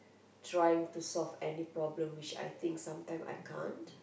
trying to solve any problem which I think sometime I can't